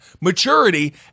maturity